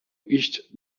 iść